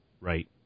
Right